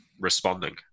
responding